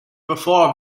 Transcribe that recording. before